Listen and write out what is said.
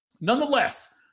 Nonetheless